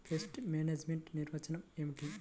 Pest management నిర్వచనం ఏమిటి?